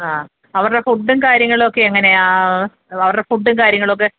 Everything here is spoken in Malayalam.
ആ അവരുടെ ഫുഡ്ഡും കാര്യങ്ങളൊക്കെ എങ്ങനെയാണ് അവരുടെ ഫുഡ്ഡും കാര്യങ്ങളൊക്കെ